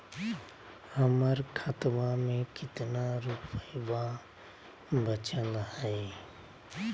हमर खतवा मे कितना रूपयवा बचल हई?